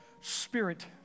spirit